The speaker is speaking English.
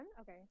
Okay